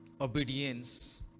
Obedience